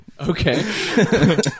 Okay